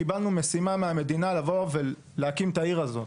קיבלנו משימה מהמדינה להקים את העיר הזאת.